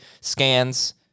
scans